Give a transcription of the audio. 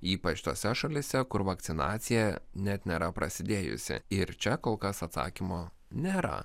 ypač tose šalyse kur vakcinacija net nėra prasidėjusi ir čia kol kas atsakymo nėra